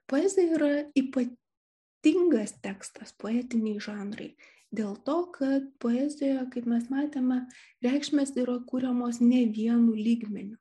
poezija yra ypatingas tekstas poetiniai žanrai dėl to kad poezijoje kaip mes matėme reikšmes yra kuriamos ne vienu lygmeniu